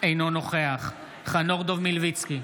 אינו נוכח חנוך דב מלביצקי,